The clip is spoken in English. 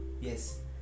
Yes